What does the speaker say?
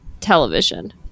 television